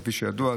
כפי שידוע,